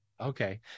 Okay